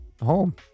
home